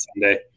Sunday